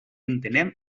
entenem